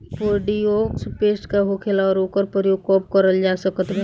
Bordeaux paste का होखेला और ओकर प्रयोग कब करल जा सकत बा?